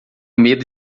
medo